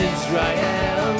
Israel